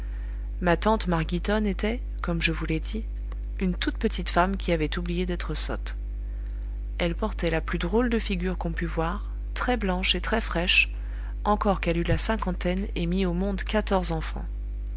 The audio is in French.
ma tante marghitonne était comme je vous l'ai dit une toute petite femme qui avait oublié d'être sotte elle portait la plus drôle de figure qu'on pût voir très blanche et très fraîche encore qu'elle eût la cinquantaine et mis au monde quatorze enfants